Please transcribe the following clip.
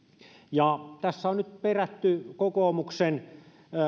tässä on nyt perätty kokoomuksen